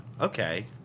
Okay